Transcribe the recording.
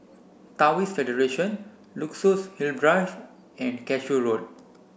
Taoist Federation Luxus Hill Drive and Cashew Road